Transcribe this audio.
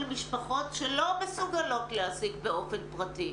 משפחות שלא מסוגלות להעסיק באופן פרטי,